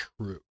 true